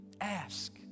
Ask